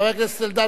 חבר הכנסת אלדד,